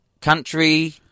country